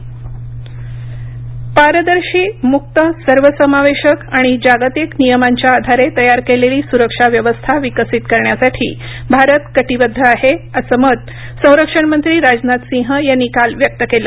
राजनाथसिंह पारदर्शी मुक्त सर्व समावेशक आणि जागतिक नियमांच्या आधारे तयार केलेली सुरक्षाव्यवस्था विकसित करण्यासाठी भारत कटिबद्ध आहेअसं मत संरक्षणमंत्री राजनाथ सिंह यांनी काल व्यक्त केलं